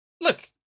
Look